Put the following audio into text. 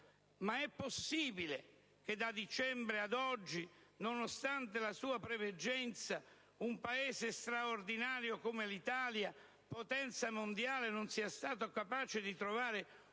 Ma è possibile che da dicembre ad oggi, nonostante la sua preveggenza, un Paese straordinario come l'Italia, potenza mondiale, non sia stato capace di trovare una